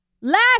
last